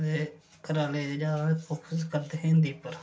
ते घरा आह्ले जैदा फोकस करदे हे हिंदी पर